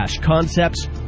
concepts